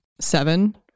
Seven